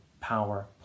power